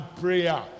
prayer